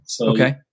Okay